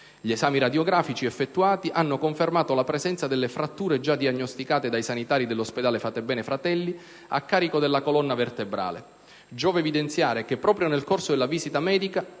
Gli esami radiografici effettuati hanno confermato la presenza delle fratture già diagnosticate dai sanitari dell'ospedale Fatebenefratelli a carico della colonna vertebrale. Giova evidenziare che proprio nel corso della visita medica